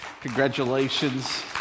Congratulations